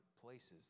places